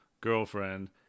girlfriend